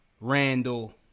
Randall